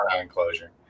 enclosure